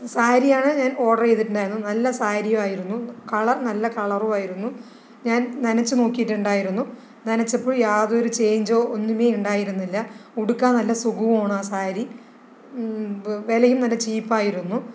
സാരിയാണ് ഞാൻ ഓർഡർ ചെയ്തിട്ടുണ്ടായിരുന്നു നല്ല സാരിയായിരുന്നു കളർ നല്ല കളറുമായിരുന്നു ഞാൻ നനച്ച് നോക്കിയിട്ടുണ്ടായിരുന്നു നനച്ചപ്പോൾ യാതൊരു ചെയ്ഞ്ചോ ഒന്നുമേ ഉണ്ടായിരുന്നില്ല ഉടുക്കാൻ നല്ല സുഖവും ആണ് ആ സാരി വിലയും നല്ല ചീപ്പായിരുന്നു